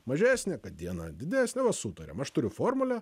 mažesnė kad dieną didesnė va sutariam aš turiu formulę